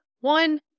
One